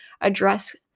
address